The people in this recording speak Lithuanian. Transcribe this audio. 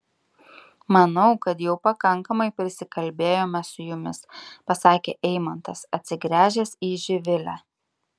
manau kad jau pakankamai prisikalbėjome su jumis pasakė eimantas atsigręžęs į živilę